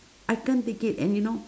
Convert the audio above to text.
I can't take it and you know